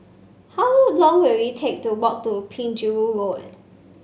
how long take to walk to Penjuru Road